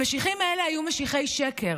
המשיחים האלה היו משיחי שקר.